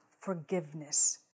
forgiveness